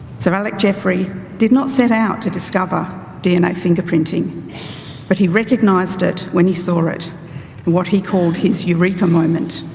so alec jeffery did not set out to discover dna fingerprinting but he recognized it when he saw it and what he called his eureka moment.